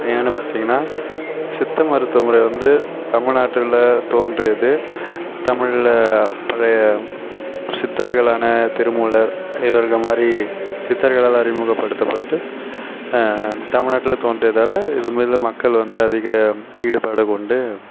ஏன்னென்னு பார்த்தீங்கன்னா சித்த மருத்துவ முறை வந்து தமிழ்நாட்டில் தோன்றியது தமிழில் பழைய சித்தர்களான திருமூலர் இவர்கள் மாதிரி சித்தர்களால் அறிமுகப்படுத்தப்பட்டு தமிழ்நாட்டில் தோன்றியதுனால் இது மேலே மக்கள் வந்து அதிக ஈடுபாடு கொண்டு